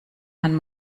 man